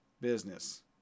business